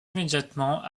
immédiatement